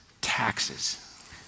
taxes